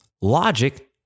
logic